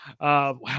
wow